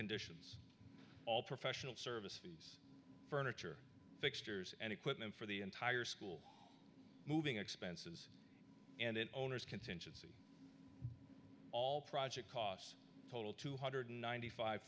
conditions all professional service furniture fixtures and equipment for the entire school moving expenses and it owners contingent all project costs total two hundred ninety five